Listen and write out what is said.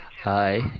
Hi